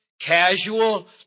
casual